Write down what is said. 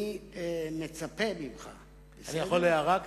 אני יכול לומר הערה?